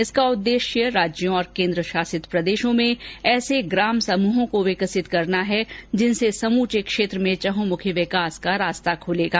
इसका उद्देश्य राज्यों और केन्द्रशासित प्रदेशों में ऐसे ग्राम समूहों को विकसित करना है जिनसे समूचे क्षेत्र में चंहुमुखी विकास का रास्ता खुलेगा